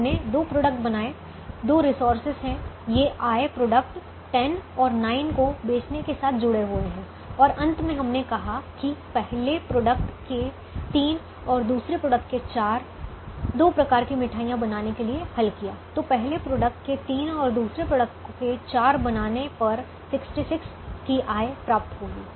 तो हमने दो प्रोडक्ट बनाए दो रिसोर्सेज हैं ये आय प्रोडक्ट 10 और 9 को बेचने के साथ जुड़े हुए हैं और अंत में हमने कहा कि पहले प्रोडक्ट के तीन और दूसरे प्रोडक्ट के चार दो प्रकार की मिठाइयाँ बनाने के लिए हल किया तो पहले प्रोडक्ट के तीन और दूसरे प्रोडक्ट के चार को बनाने पर 66 की आय प्राप्त होगी